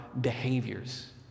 behaviors